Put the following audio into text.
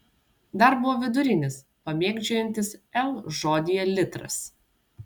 dar buvo vidurinis pamėgdžiojantis l žodyje litras